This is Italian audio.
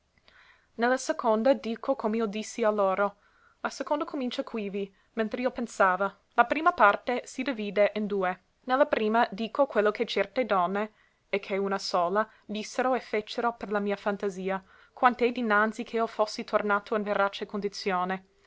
la seconda dico come io dissi a loro la seconda comincia quivi mentr'io pensava la prima parte si divide in due ne la prima dico quello che certe donne e che una sola dissero e fecero per la mia fantasia quanto è dinanzi che io fossi tornato in verace condizione